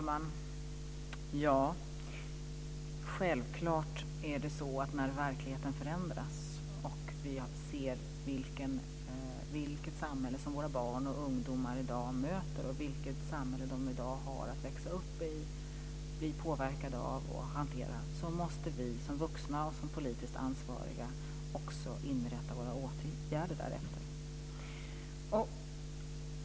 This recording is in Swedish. Herr talman! När verkligheten förändras och vi ser det samhälle som våra barn och ungdomar i dag möter och det samhälle som de i dag har att växa upp i, bli påverkade av och att hantera, måste givetvis vi som vuxna och som politiskt ansvariga inrätta våra åtgärder därefter.